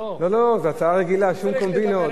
לא לא, זו הצעה רגילה, שום קומבינות.